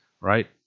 Right